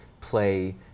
play